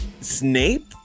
Snape